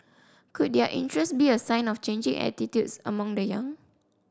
could their interest be a sign of changing attitudes amongst the young